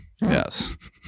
Yes